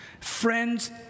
Friends